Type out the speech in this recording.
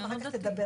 מתי מתחיל הזמן שלי?